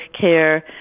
care